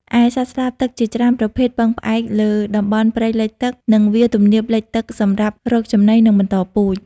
ឯសត្វស្លាបទឹកជាច្រើនប្រភេទពឹងផ្អែកលើតំបន់ព្រៃលិចទឹក និងវាលទំនាបលិចទឹកសម្រាប់រកចំណី និងបន្តពូជ។